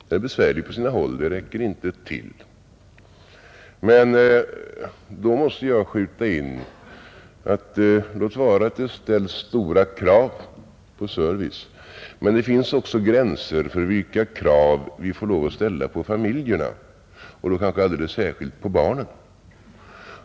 Det är besvärligt på sina håll; den räcker inte till. Men då måste jag skjuta in: Låt vara att det ställs stora krav på service, men det finns också gränser för vilka krav vi får lov att ställa på familjerna och kanske alldeles särskilt på barnen.